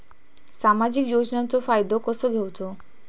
सामाजिक योजनांचो फायदो कसो घेवचो?